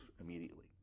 immediately